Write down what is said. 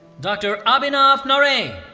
dr. abhinav narain.